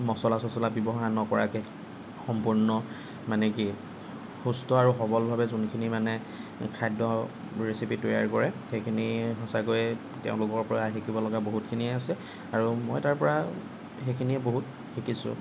মছলা চছলা ব্যৱহাৰ নকৰাকৈ সম্পূৰ্ণ মানে কি সুস্থ আৰু সৱলভাৱে যোনখিনি মানে খাদ্য ৰেচিপি তৈয়াৰ কৰে সেইখিনি সঁচাকৈয়ে তেওঁলোকৰ পৰা শিকিব লগা বহুখিনিয়েই আছে আৰু মই তাৰপৰা সেইখিনিয়ে বহুত শিকিছোঁ